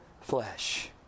flesh